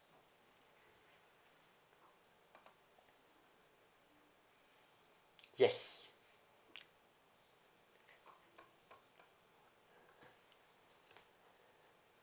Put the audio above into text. yes